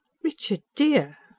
richard, dear!